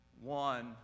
One